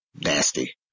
nasty